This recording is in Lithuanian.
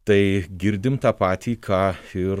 tai girdim tą patį ką ir